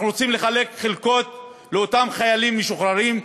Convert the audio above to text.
אנחנו רוצים לחלק חלקות לאותם חיילים משוחררים,